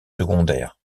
secondaires